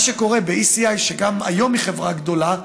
מה שקורה ב-ECI, שגם היום היא חברה גדולה,